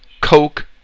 Coke